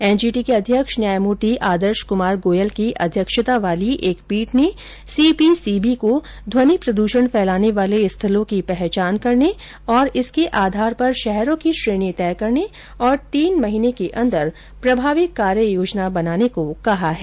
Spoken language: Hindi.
एनजीटी के अध्यक्ष न्यायमूर्ति आदर्श क्मार गोयल की अध्यक्षता वाली एक पीठ ने सीपीसीबी को ध्वनि प्रद्षण फैलाने वाले स्थलों की पहचान करने तथा इसके आधार पर शहरों की श्रेणी तय करने और तीन महीने के भीतर प्रभावी कार्य योजना बनाने को कहा है